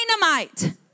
dynamite